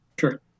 Sure